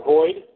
Void